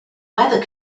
weather